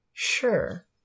Sure